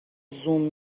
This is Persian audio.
زوم